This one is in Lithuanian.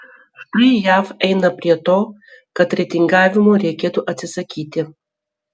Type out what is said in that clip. štai jav eina prie to kad reitingavimo reikėtų atsisakyti